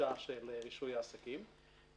והדרישה של רישוי עסקים.